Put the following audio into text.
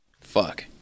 Fuck